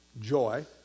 joy